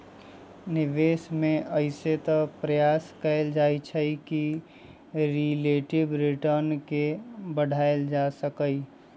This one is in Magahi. निवेश में अइसे तऽ प्रयास कएल जाइ छइ कि रिलेटिव रिटर्न के बढ़ायल जा सकइ